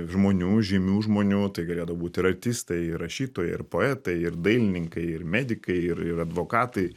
žmonių žymių žmonių tai galėdavo būt ir artistai rašytojai ir poetai ir dailininkai ir medikai ir ir advokatai